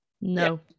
no